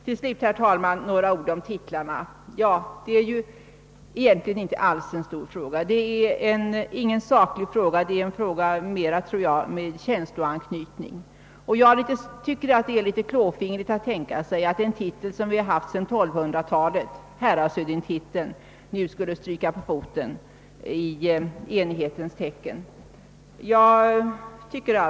Till slut, herr talman, några ord om titlarna — det är inte alls någon stor eller saklig fråga utan en fråga mera med känsloanknytning. Jag tycker det är. klåfingrigt att låta en titel som vi haft sedan 1200-talet, nämligen häradshövding, stryka på foten i enhetens tecken.